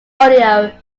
audio